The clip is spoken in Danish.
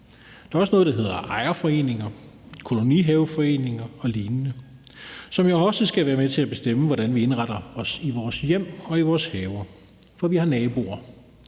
der er også noget, der hedder ejerforeninger, kolonihaveforeninger og lignende, som også skal være med til at bestemme, hvordan vi indretter os i vores hjem og i vores haver, for vi har naboer.